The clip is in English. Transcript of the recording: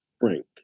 frank